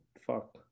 fuck